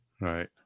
right